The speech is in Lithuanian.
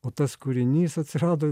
o tas kūrinys atsirado